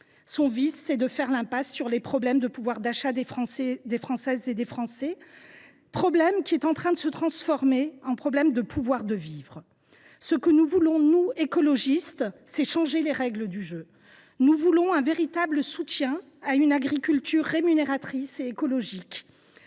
son vice – fait l’impasse sur le problème de pouvoir d’achat des Françaises et des Français, qui est en train de se transformer en problème de pouvoir de vivre. Ce que nous voulons, nous, écologistes, c’est changer les règles du jeu. Nous voulons un véritable soutien à une agriculture rémunératrice et écologique.